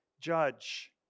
judge